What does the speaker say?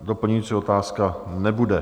Doplňující otázka nebude.